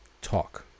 talk